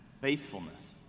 faithfulness